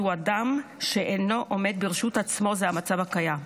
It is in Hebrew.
הוא אדם ש"אינו עומד ברשות עצמו" זה המצב הקיים.